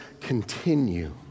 continue